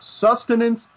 sustenance